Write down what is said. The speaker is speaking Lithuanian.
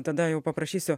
tada jau paprašysiu